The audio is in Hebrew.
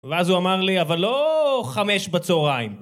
ואז הוא אמר לי: "אבל לא חמש בצהריים".